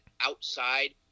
outside